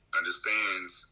understands